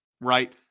right